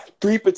Three